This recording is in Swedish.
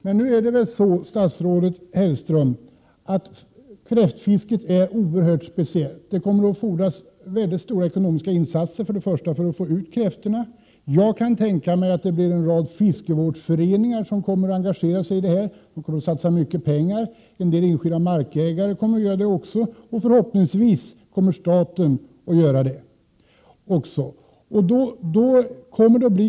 Men nu är det väl så, statsrådet Hellström, att kräftfisket är oerhört speciellt. Det kommer att fordras mycket stora ekonomiska insatser, först och främst för att få ut kräftorna. Jag kan tänka mig att en rad fiskevårdsföreningar kommer att engagera sig i denna verksamhet och satsa mycket pengar. Även en del enskilda markägare kommer att göra det, och förhoppningsvis kommer staten att göra det.